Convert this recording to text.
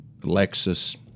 Lexus